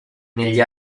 negli